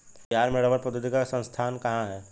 बिहार में रबड़ प्रौद्योगिकी का संस्थान कहाँ है?